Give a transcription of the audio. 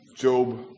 Job